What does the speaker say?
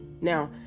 Now